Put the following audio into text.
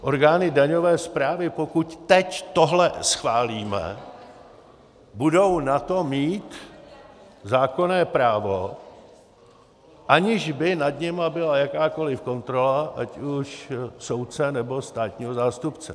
Orgány daňové správy, pokud teď tohle schválíme, budou na to mít zákonné právo, aniž by nad nimi byla jakákoliv kontrola ať už soudce, nebo státního zástupce.